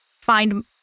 find